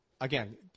Again